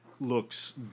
looks